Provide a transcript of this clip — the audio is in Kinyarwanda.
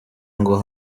ngo